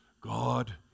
God